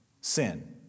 sin